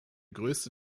größte